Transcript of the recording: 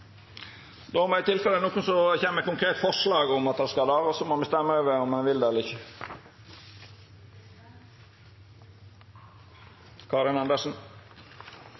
Då må i tilfellet nokon koma med eit konkret forslag om at referatsaka skal sendast til arbeids- og sosialkomiteen, og så må me røysta over om ho skal det eller ikkje. Karin Andersen